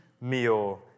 meal